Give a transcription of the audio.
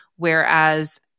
Whereas